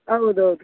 ಹೌದ್ ಹೌದು